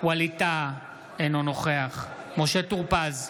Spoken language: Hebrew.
ווליד טאהא, אינו נוכח משה טור פז,